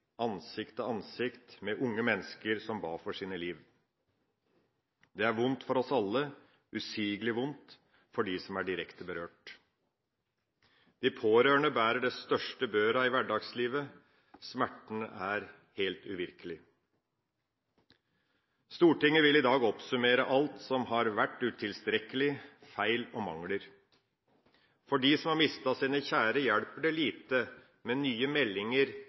ansikt til ansikt med unge mennesker som ba for sine liv. Det er vondt for oss alle, og usigelig vondt for dem som er direkte berørt. De pårørende bærer den største børa i hverdagslivet. Smerten er helt uvirkelig. Stortinget vil i dag oppsummere alt som har vært utilstrekkelig, feil og mangler. For dem som har mistet sine kjære, hjelper det lite med nye meldinger,